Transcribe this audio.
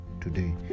today